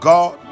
God